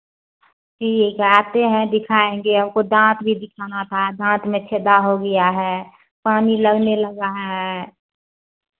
ठीक है आते हैं दिखाऍंगे हमको दाँत भी दिखाना था दाँत में छेदा हो गया है पानी लगने लगा है